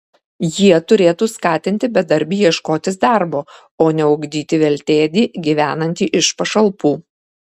jie turėtų skatinti bedarbį ieškotis darbo o ne ugdyti veltėdį gyvenantį iš pašalpų